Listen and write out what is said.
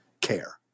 care